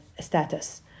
status